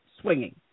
swinging